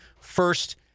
first